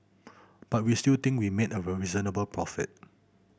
but we still think we made a reasonable profit